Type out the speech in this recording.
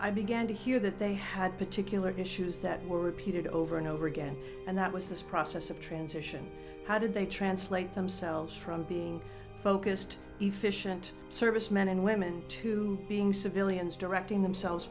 i began to hear that they had particular issues that were pitted over and over again and that was this process of transition how did they translate themselves from being focused efficient service men and women to being civilians directing themselves